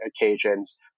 occasions